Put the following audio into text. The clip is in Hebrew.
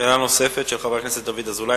שאלה נוספת, של חבר הכנסת דוד אזולאי,